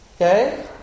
Okay